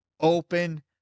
open